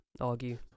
argue